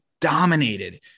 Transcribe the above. dominated